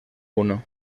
uno